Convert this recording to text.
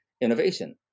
innovation